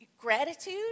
gratitude